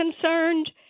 concerned